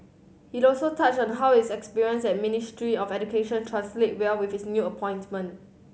he also touched on how his experience at Ministry of Education translate well with his new appointment